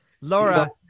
Laura